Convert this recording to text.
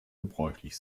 gebräuchlich